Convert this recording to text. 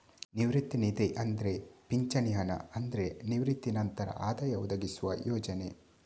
ನಿವೃತ್ತಿ ನಿಧಿ ಅಂದ್ರೆ ಪಿಂಚಣಿ ಹಣ ಅಂದ್ರೆ ನಿವೃತ್ತಿ ನಂತರ ಆದಾಯ ಒದಗಿಸುವ ಯೋಜನೆ